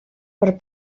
per